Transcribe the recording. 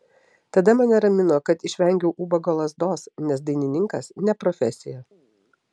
tada mane ramino kad išvengiau ubago lazdos nes dainininkas ne profesija